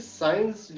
science